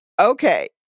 okay